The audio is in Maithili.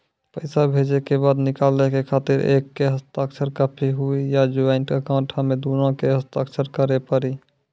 पैसा भेजै के बाद निकाले के खातिर एक के हस्ताक्षर काफी हुई या ज्वाइंट अकाउंट हम्मे दुनो के के हस्ताक्षर करे पड़ी?